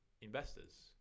investors